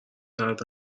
درد